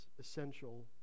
essential